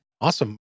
awesome